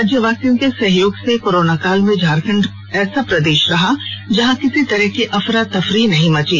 राज्यवासियों के सहयोग से कोरोना काल में झारखण्ड ऐसा प्रदेश रहा जहां किसी तरह की अफरा तफरी नहीं मची